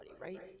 right